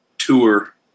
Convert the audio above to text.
tour